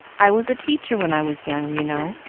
i was a teacher when i was young, you know,